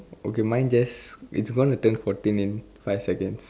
okay mine just it's gonna turn fourteen in five seconds